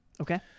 Okay